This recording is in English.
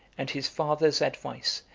and his father's advice,